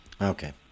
Okay